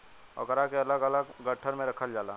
ओकरा के अलग अलग गट्ठर मे रखल जाला